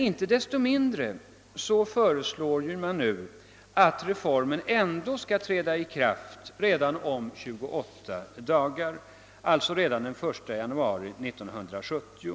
Inte desto mindre föreslår man nu att reformen skall träda i kraft redan om 28 dagar, alltså den 1 januari 1970.